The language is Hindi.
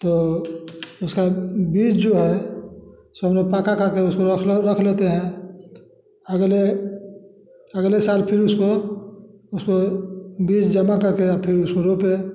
तो उसका बीज जो है हम लोग पका अका के उसको रख लेते हैं अगले अगले साल फिर उसको उसको बीज जमा कर के फिर उसको रोपें